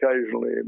occasionally